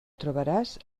trobaràs